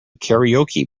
karaoke